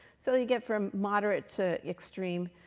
so you get from moderate to extreme.